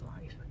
life